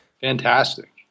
Fantastic